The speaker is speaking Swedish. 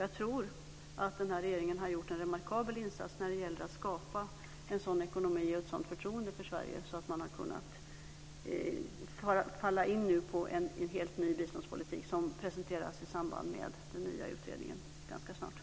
Jag tror att den här regeringen har gjort en remarkabel insats när det gäller att skapa en sådan ekonomi och ett sådant förtroende för Sverige att man nu har kunnat falla in på en helt ny biståndspolitik som presenteras i samband med den nya utredningen ganska snart.